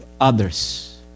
others